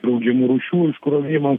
raugiamų rūšių iškrovimo